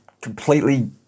completely